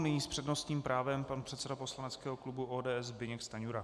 Nyní s přednostním právem pan předseda poslaneckého klubu ODS Zbyněk Stanjura.